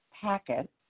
packet